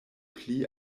pli